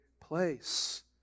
place